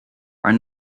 are